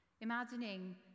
Imagining